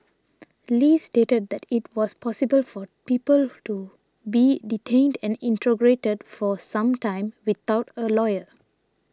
Li stated that it was possible for people to be detained and interrogated for some time without a lawyer